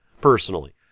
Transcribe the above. personally